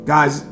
Guys